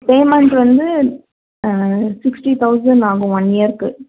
payment வந்து sixty thousand ஆகும் one இயருக்கு